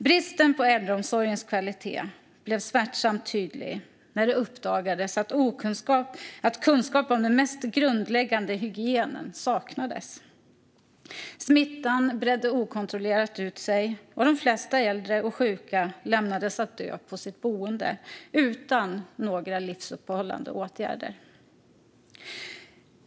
Bristen på kvalitet i äldreomsorgen blev smärtsamt tydlig när det uppdagades att kunskap om den mest grundläggande hygienen saknades. Smittan bredde okontrollerat ut sig, och de flesta äldre och sjuka lämnades att dö på sina boenden utan livsuppehållande åtgärder.